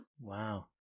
Wow